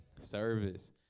Service